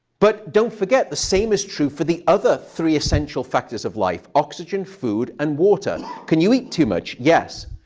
but don't forget. the same is true for the other three essential factors of life oxygen, food, and water. can you eat too much? yes.